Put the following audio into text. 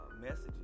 messages